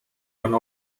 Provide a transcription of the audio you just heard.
one